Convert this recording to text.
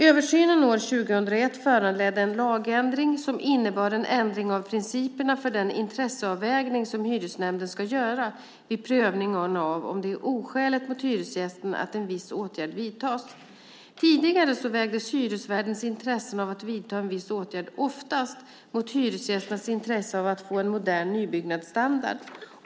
Översynen år 2001 föranledde en lagändring som innebar en ändring av principerna för den intresseavvägning som hyresnämnden ska göra vid prövningen av om det är oskäligt mot hyresgästen att en viss åtgärd vidtas. Tidigare vägdes hyresvärdens intressen av att vidta en viss åtgärd oftast mot hyresgästernas intresse av att få modern nybyggnadsstandard.